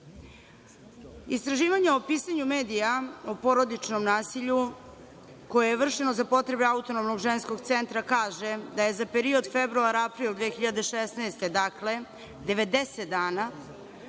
trpi. Istraživanja o pisanju medija o porodičnom nasilju koje je vršeno za potrebe Autonomnog ženskog centra, kaže da je za period februar-april 2016. godine, dakle 90 dana,